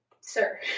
sir